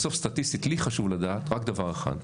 בסוף סטטיסטית לי חשוב לדעת רק דבר אחד: